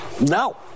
no